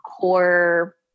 core